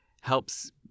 helps